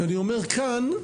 כאן,